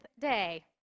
day